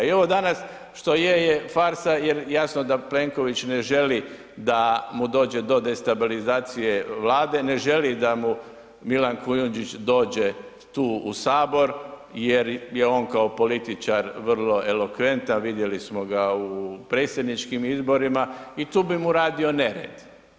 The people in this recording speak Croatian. I ovo danas što je je farsa jer jasno da Plenković ne želi da mu dođe do destabilizacije, ne želi da mu Milan Kujundžić dođe tu u sabor jer je on kao političar vrlo elokventan vidjeli smo ga u predsjedničkim izborima i tu bi mu radio nered.